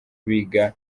biga